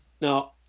Now